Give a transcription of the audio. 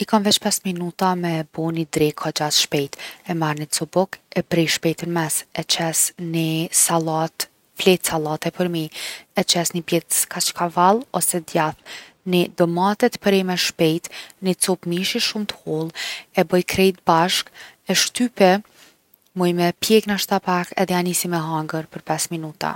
I kom veq 5 minuta me bo ni drekë kogja t’shpejtë. E marr ni copë bukë, e prej shpejt n’mes. E qes ni sallatë, fletë sallate përmi. E qes ni pjes’ kaçkavall ose djath. Ni domate t’preme shpejt. Ni copë mishi shumë t’hollë. E boj krejt bashkë, e shtypi, muj me e pjek nashta pak edhe ja nisi me hangër për 5 minuta.